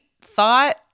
thought